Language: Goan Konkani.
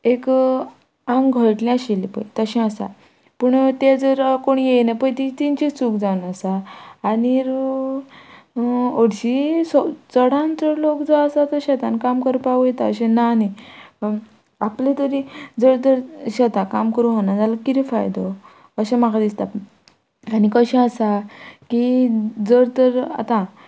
एक आंग घोयटलें आशिल्लें पय तशें आसा पूण ते जर कोण येयना पय ती तेंची चूक जावन आसा आनीर हरशीं सो चडान चड लोक जो आसा तो शेतान काम करपा वयता अशें ना न्ही आपले तरी जर तर शेता काम करूं ना जाल्यार कितें फायदो अशें म्हाका दिसता आनी कशें आसा की जर तर आतां